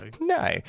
No